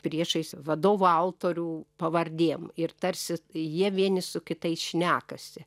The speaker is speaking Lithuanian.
priešais vadovų autorių pavardėm ir tarsi jie vieni su kitais šnekasi